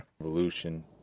evolution